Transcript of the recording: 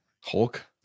Hulk